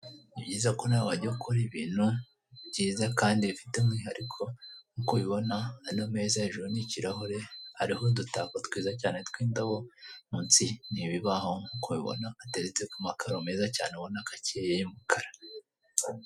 Ni byiza ko nawe wajya ukora ibintu byiza Kandi bifite umwihariko, nkuko ubibona ano meza hejuru ni ikirahure ariho udutako twiza cyane tw'indobo munsi y'ibibaho nkuko ubibona ateretse kumakaro meza cyane ubona ko akeye y'umukara.